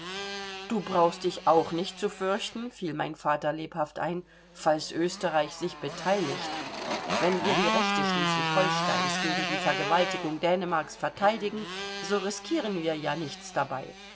du brauchst dich auch nicht zu fürchten fiel mein vater lebhaft ein falls österreich sich beteiligt wenn wir die rechte schleswig holsteins gegen die vergewaltigung dänemarks verteidigen so riskieren wir ja nichts dabei